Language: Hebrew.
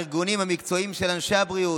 הארגונים המקצועיים של אנשי הבריאות,